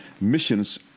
missions